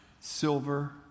silver